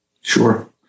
Sure